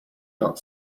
not